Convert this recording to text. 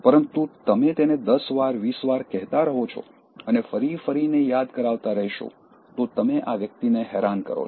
પરંતુ તમે તેને 10 વાર 20 વાર કહેતા રહો છો અને ફરી ફરી ને યાદ કરાવતા રહેશો તો તમે આ વ્યક્તિને હેરાન કરો છો